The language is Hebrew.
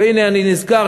והנה אני נזכר,